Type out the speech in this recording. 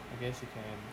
I guess we can